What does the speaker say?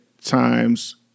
times